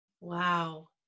Wow